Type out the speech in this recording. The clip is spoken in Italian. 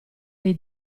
dei